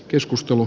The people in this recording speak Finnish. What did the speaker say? keskustelu